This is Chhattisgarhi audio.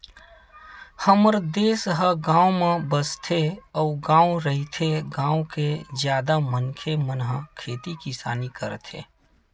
हमर देस ह गाँव म बसथे अउ गॉव रहिथे, गाँव के जादा मनखे मन ह खेती किसानी करथे